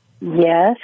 Yes